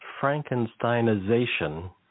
Frankensteinization